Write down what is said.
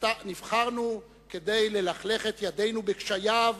נבחרנו כדי ללכלך את ידינו בקשייו,